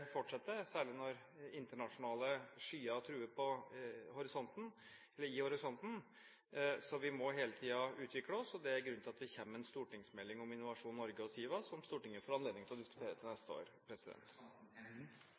fortsetter, særlig når internasjonale skyer truer i horisonten. Vi må hele tiden utvikle oss, og det er grunnen til at vi kommer med en stortingsmelding om Innovasjon Norge og SIVA som Stortinget får anledning til å diskutere